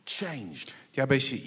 changed